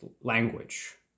language